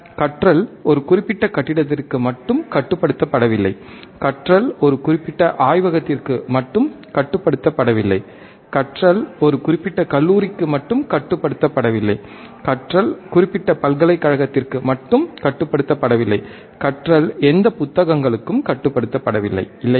கற்றல் ஒரு குறிப்பிட்ட கட்டிடத்திற்கு மட்டும் கட்டுப்படுத்தப்படவில்லை கற்றல் ஒரு குறிப்பிட்ட ஆய்வகத்திற்கு மட்டும் கட்டுப்படுத்தப்படவில்லை கற்றல் ஒரு குறிப்பிட்ட கல்லூரிக்கு மட்டும் கட்டுப்படுத்தப்படவில்லை கற்றல் குறிப்பிட்ட பல்கலைக்கழகத்திற்கு மட்டும் கட்டுப்படுத்தப்படவில்லை கற்றல் எந்த புத்தகங்களுக்கும் கட்டுப்படுத்தப்படவில்லை இல்லையா